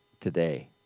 today